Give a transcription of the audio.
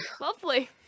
Lovely